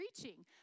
preaching